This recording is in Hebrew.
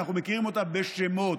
אנחנו מכירים אותה בשמות,